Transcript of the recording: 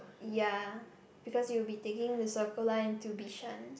yea because you will be taking the Circle Line to Bishan